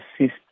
assist